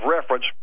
reference